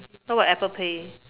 what about Apple-Pay